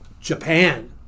Japan